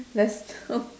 that's